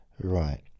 Right